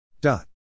dot